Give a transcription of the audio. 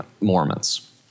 Mormons